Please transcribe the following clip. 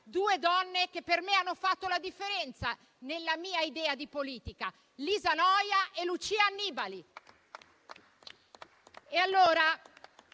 due donne che per me hanno fatto la differenza nella mia idea di politica: Lisa Noja e Lucia Annibali.